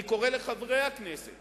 אני קורא לחברי הכנסת